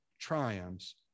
triumphs